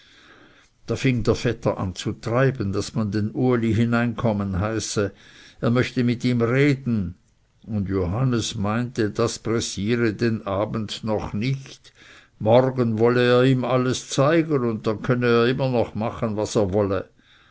da fing der vetter an zu treiben daß man den uli hineinkommen heiße er möchte mit ihm reden und johannes meinte das pressiere den abend noch nicht morgen wolle er ihm alles zeigen und dann könne er noch immer machen was er wolle